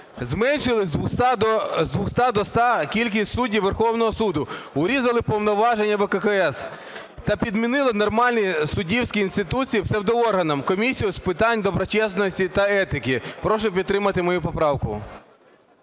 Зменшили з 200 до 100 кількість суддів Верховного Суду, урізали повноваження ВККС та підмінили нормальні суддівські інституції псевдоорганом - Комісією з питань доброчесності та етики. Прошу підтримати мою поправку.